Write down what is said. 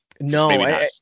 No